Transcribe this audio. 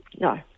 No